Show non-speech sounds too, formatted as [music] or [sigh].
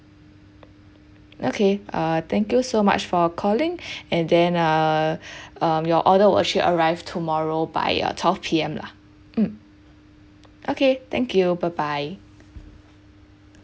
okay uh thank you so much for calling [breath] and then err [breath] um your order will actually arrives tomorrow by uh twelve P_M lah mm okay thank you bye bye